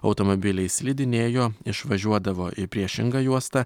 automobiliai slidinėjo išvažiuodavo į priešingą juostą